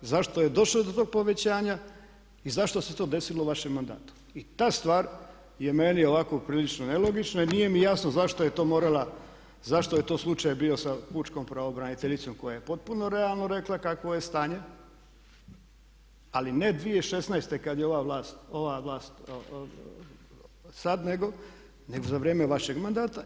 Zašto je došlo do tog povećanja i zašto se to desilo u vašem mandatu i ta stvar je meni ovako prilično nelogična i nije mi jasno zašto je to morala, zašto je to slučaj bio sa pučkom pravobraniteljicom koja je potpuno realno rekla kakvo je stanje ali ne 2016. kad je ova vlast sad nego za vrijeme vašeg mandata.